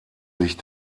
sich